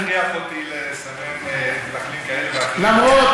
אל תכריח אותי לסמן מתנחלים כאלה ואחרים.